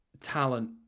talent